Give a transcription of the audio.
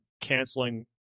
canceling